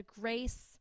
grace